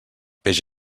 peix